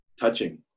touching